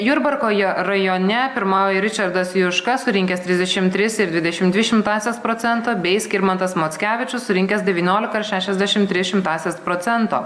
jurbarko rajone pirmauja ričardas juška surinkęs trisdešimt tris ir dvidešimt dvi šimtąsias procento bei skirmantas mockevičius surinkęs devyniolika ir šešiasdešimt tris šimtąsias procento